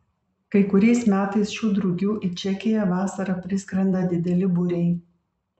kai kuriais metais šių drugių į čekiją vasarą priskrenda dideli būriai